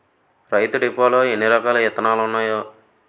రైతు డిపోలో ఎన్నిరకాల ఇత్తనాలున్నాయో